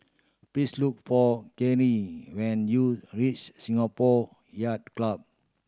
please look for Karyl when you reach Singapore Yacht Club